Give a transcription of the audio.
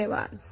धन्यवाद